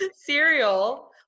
cereal